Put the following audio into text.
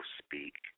speak